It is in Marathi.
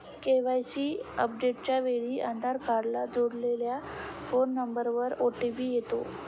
के.वाय.सी अपडेटच्या वेळी आधार कार्डला जोडलेल्या फोन नंबरवर ओ.टी.पी येतो